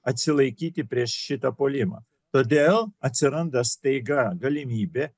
atsilaikyti prieš šitą puolimą todėl atsiranda staiga galimybė